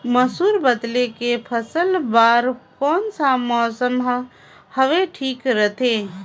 मसुर बदले के फसल बार कोन सा मौसम हवे ठीक रथे?